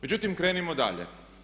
Međutim, krenimo dalje.